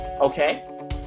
okay